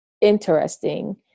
interesting